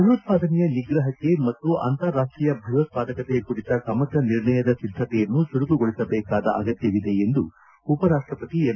ಭಯೋತ್ವಾದನೆಯ ನಿಗ್ರಹಕ್ಕೆ ಮತ್ತು ಅಂತಾರಾಷ್ಷೀಯ ಭಯೋತ್ವಾದಕತೆ ಕುರಿತ ಸಮಗ್ರ ನಿರ್ಣಯದ ಸಿದ್ದತೆಯನ್ನು ಚುರುಕುಗೊಳಿಸಬೇಕಾದ ಅಗತ್ಯವಿದೆ ಎಂದು ಉಪರಾಷ್ಟಪತಿ ಎಂ